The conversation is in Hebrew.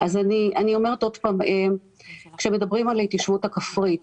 אני אומרת שוב שכאשר מדברים על ההתיישבות הכפרית,